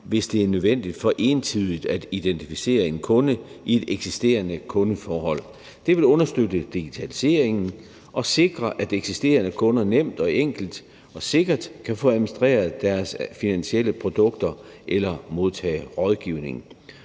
hvis det er nødvendigt, for entydigt at identificere en kunde i et eksisterende kundeforhold. Det vil understøtte digitaliseringen og sikre, at eksisterende kunder nemt og enkelt og sikkert kan få administreret deres finansielle produkter eller modtage rådgivning.